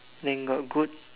they got goat